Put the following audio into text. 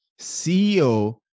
CEO